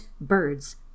birds